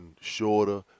shorter